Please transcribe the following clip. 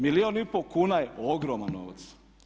Milijun i pol kuna je ogroman novac.